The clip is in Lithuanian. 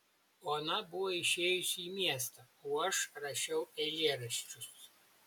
ona buvo išėjusi į miestą o aš rašiau eilėraščius